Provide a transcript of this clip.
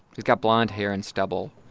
he's got blonde hair and stubble.